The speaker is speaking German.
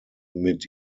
mit